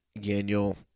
Daniel